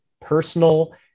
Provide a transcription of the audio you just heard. personal